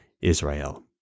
Israel